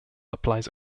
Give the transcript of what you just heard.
applies